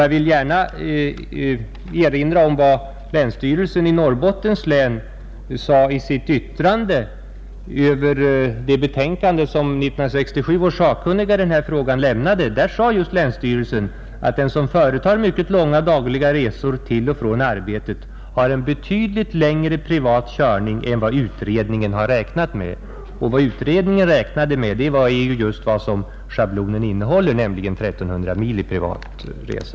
Jag vill gärna erinra om vad länsstyrelsen i Norrbottens län sade i sitt yttrande över det betänkande som 1967 års sakkunniga i den här frågan lämnade, Där sade länsstyrelsen att den som företar mycket långa dagliga resor till och från arbetsplatsen har en betydligt lägre privat körning än vad utredningen har räknat med, Och vad utredningen räknade med är just vad schablonen innehåller, nämligen 1 300 mil i privat resa.